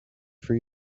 for